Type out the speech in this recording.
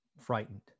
frightened